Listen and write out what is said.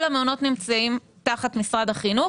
כל המעונות נמצאים תחת משרד החינוך.